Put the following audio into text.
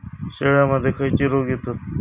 शेळ्यामध्ये खैचे रोग येतत?